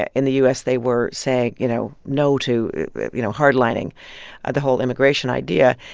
ah in the u s, they were saying, you know, no to you know, hard-lining the whole immigration idea.